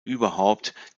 überhaupt